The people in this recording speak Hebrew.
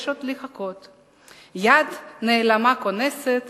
יש עוד לחכות / יד נעלמה כונסת,